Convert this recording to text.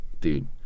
dude